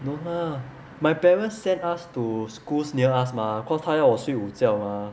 no lah my parents sent us to schools near us mah because 他要我睡午觉 mah